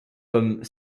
comme